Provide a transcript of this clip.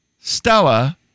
Stella